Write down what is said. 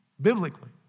biblically